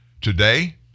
Today